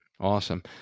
Awesome